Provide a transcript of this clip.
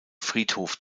friedhof